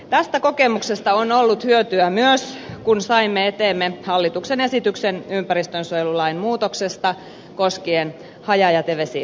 tästä kokemuksesta oli hyötyä myös kun saimme eteemme hallituksen esityksen ympäristönsuojelulain muutoksesta koskien hajajätevesiasetusta